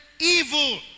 evil